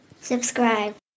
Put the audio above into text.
subscribe